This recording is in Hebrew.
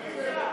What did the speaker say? ביטן,